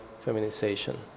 feminization